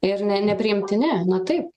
ir ne nepriimtini na taip